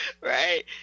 Right